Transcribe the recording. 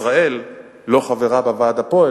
ישראל לא חברה בוועד הפועל,